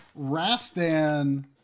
Rastan